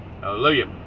Hallelujah